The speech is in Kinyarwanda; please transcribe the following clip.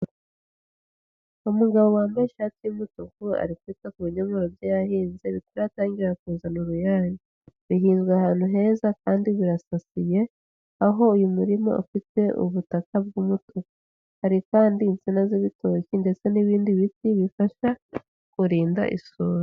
Umugabo wambaye ishati y'umutuku ari kwita ku binyomoro bye yahinze, bataratangira kuzana uruyange, bihinzwe ahantu heza kandi birasasiye, aho uyu murima ufite ubutaka bw'umutuku, hari kandi insina z'ibitoki ndetse n'ibindi biti bifasha kurinda isuri.